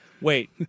wait